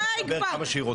די כבר.